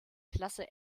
klasse